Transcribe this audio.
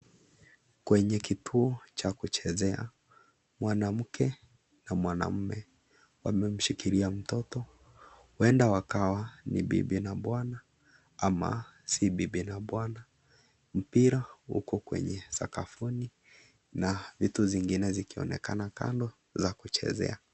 Kwenye kituo cha kuchezea, mwanamke na mwanaume wamemshikilia mtoto, huenda wakawa ni Bibi na bwana ama sio Bibi na bwana. Mpira uko kwenye sakafuni na vitu zingine zikionekana kando za kuchezea.